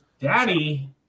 Daddy